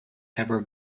ever